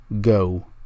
go